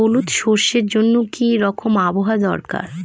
হলুদ সরষে জন্য কি রকম আবহাওয়ার দরকার?